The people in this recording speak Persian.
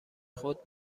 خود